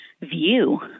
view